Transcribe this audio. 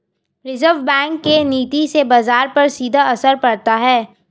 reserve bank के नीति से बाजार पर सीधा असर पड़ता है